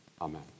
Amen